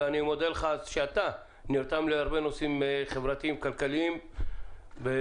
אני מודה לך שאתה נרתם להרבה נושאים חברתיים-כלכליים במשק.